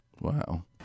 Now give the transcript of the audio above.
Wow